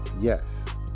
yes